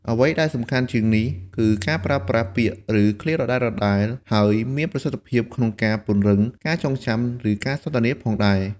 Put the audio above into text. អ្វីដែលសំខាន់ជាងនេះ គឺការប្រើប្រាស់ ពាក្យ ឬឃ្លាដដែលៗហើយមានប្រសិទ្ធភាពក្នុងការពង្រឹងការចងចាំ ឬការសន្ទនាផងដែរ។